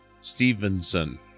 Stevenson